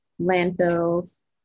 landfills